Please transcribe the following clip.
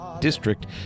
District